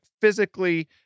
physically